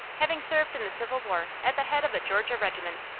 having served in the civil war at the head of a georgia regiment.